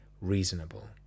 reasonable